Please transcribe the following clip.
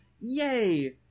yay